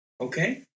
Okay